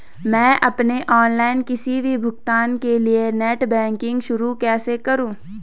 मैं अपने ऑनलाइन किसी भी भुगतान के लिए नेट बैंकिंग कैसे शुरु करूँ?